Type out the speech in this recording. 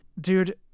dude